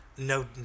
No